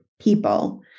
people